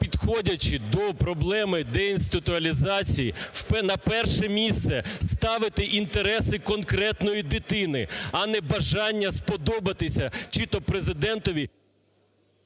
підходячи до проблеми деінституалізації, на перше місце ставити інтереси конкретної дитини, а не бажання сподобатися чи то Президентові…